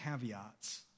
caveats